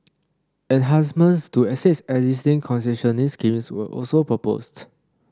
enhancements to six existing concessionary schemes were also proposed